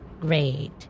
great